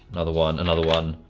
another one, another one,